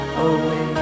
away